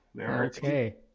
Okay